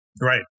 Right